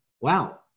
wow